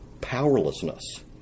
powerlessness